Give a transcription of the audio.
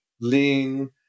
lean